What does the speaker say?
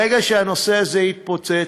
ברגע שהנושא הזה יתפוצץ,